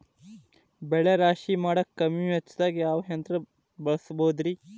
ಬೆಳೆ ರಾಶಿ ಮಾಡಾಕ ಕಮ್ಮಿ ವೆಚ್ಚದಾಗ ಯಾವ ಯಂತ್ರ ಬಳಸಬಹುದುರೇ?